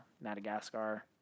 Madagascar